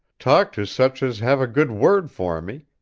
talk to such as have a good word for me,